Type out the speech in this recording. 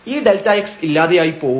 ഈ Δx ഇല്ലാതെയായി പോവും